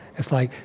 it's like,